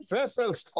Vessels